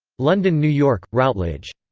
london new york routledge.